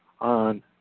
on